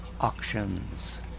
auctions